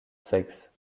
sexe